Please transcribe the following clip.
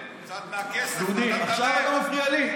בבקשה, אופיר.